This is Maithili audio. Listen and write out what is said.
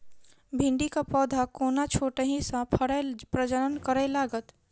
भिंडीक पौधा कोना छोटहि सँ फरय प्रजनन करै लागत?